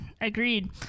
agreed